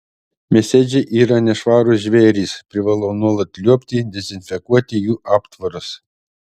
mėsėdžiai yra nešvarūs žvėrys privalau nuolat liuobti dezinfekuoti jų aptvarus